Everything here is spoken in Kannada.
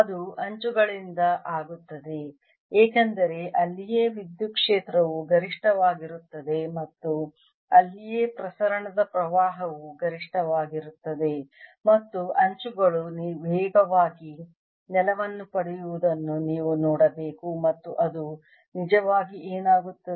ಅದು ಅಂಚುಗಳಿಂದ ಆಗುತ್ತದೆ ಏಕೆಂದರೆ ಅಲ್ಲಿಯೇ ವಿದ್ಯುತ್ ಕ್ಷೇತ್ರವು ಗರಿಷ್ಠವಾಗಿರುತ್ತದೆ ಮತ್ತು ಅಲ್ಲಿಯೇ ಪ್ರಸರಣದ ಪ್ರವಾಹವು ಗರಿಷ್ಠವಾಗಿರುತ್ತದೆ ಮತ್ತು ಅಂಚುಗಳು ವೇಗವಾಗಿ ನೆಲವನ್ನು ಪಡೆಯುವುದನ್ನು ನೀವು ನೋಡಬೇಕು ಮತ್ತು ಅದು ನಿಜವಾಗಿ ಏನಾಗುತ್ತದೆ